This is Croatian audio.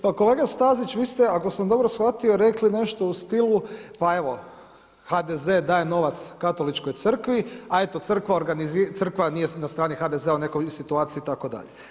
Pa kolega Stazić, vi ste, ako sam dobro shvatio rekli nešto u stilu, pa evo, HDZ daje novac Katoličkoj crkvi, a eto, crkva nije na strani HDZ-a u … situaciji itd.